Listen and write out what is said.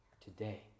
today